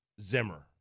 Zimmer